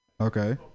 Okay